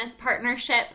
partnership